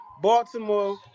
Baltimore